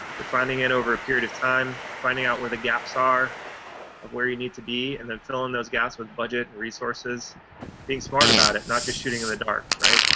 refining it over a period of time, finding out where the gaps are of where you need to be, and then filling those gaps with budget and resources being smart about it. not just shooting in the dark, right?